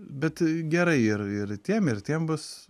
bet gerai ir ir tiem ir tiek bus